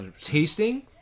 Tasting